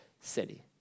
city